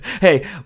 hey